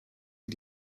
ihr